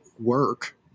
work